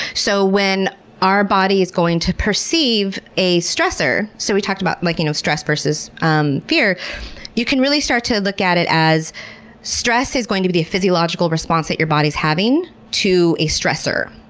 so when our body's going to perceive a stressor so we talked about like you know stress versus um fear you can really start to look at it as stress is going to be a physiological response that your body's having to a stressor.